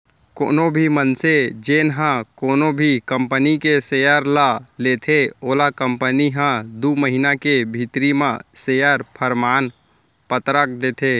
कोनो भी मनसे जेन ह कोनो भी कंपनी के सेयर ल लेथे ओला कंपनी ह दू महिना के भीतरी म सेयर परमान पतरक देथे